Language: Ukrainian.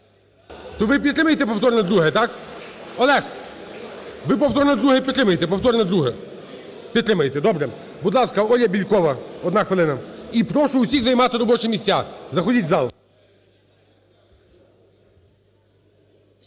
Ви підтримуєте повторне друге, так? Олег! Ви повторне друге підтримуєте? Повторне друге. Підтримуєте. Добре. Будь ласка, Оля Бєлькова. Одна хвилина. І прошу усіх займати робочі місця. Заходіть в зал.